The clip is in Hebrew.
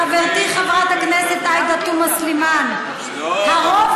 חברתי חברת הכנסת עאידה תומא סלימאן: הרוב